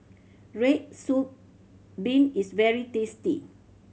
red soup bean is very tasty